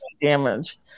Damage